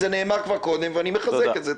זה נאמר כבר קודם ואני מחזק את זה.